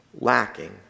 lacking